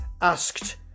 asked